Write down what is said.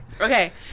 Okay